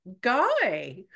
guy